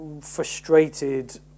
frustrated